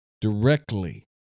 directly